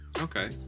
okay